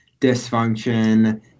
Dysfunction